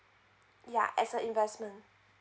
ya as a investment